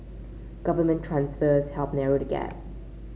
government transfers helped narrow the gap